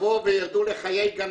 יבואו וירדו לחיי גננות.